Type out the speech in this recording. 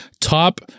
top